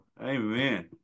Amen